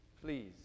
please